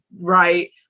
right